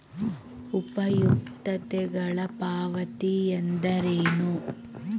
ಉಪಯುಕ್ತತೆಗಳ ಪಾವತಿ ಎಂದರೇನು?